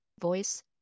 voice